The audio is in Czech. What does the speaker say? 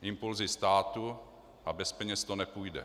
Impulzy státu a bez peněz to nepůjde.